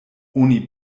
oni